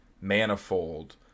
Manifold